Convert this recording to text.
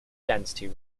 density